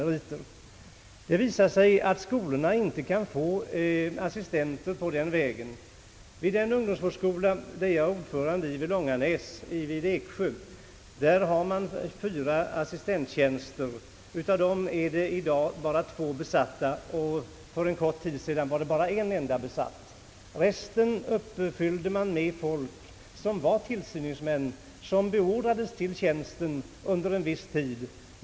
Det har visat sig att skolorna har svårt att få assistenter den vägen. Vid den ungdomsvårdsskola där jag är ordförande, Långanäs vid Eksjö, finns det fyra assistenttjänster. Av dessa är i dag bara två besatta, och för en kort tid sedan var endast en tjänst besatt. De andra tjänsterna uppehölls av tillsyningsmän som »beordrades» till tjänsten under en viss tid.